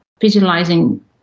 visualizing